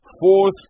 fourth